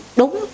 đúng